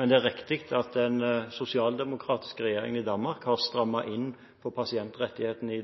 men det er riktig at den sosialdemokratiske regjeringen i Danmark har strammet inn på pasientrettighetene.